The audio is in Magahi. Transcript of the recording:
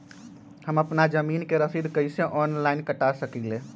हम अपना जमीन के रसीद कईसे ऑनलाइन कटा सकिले?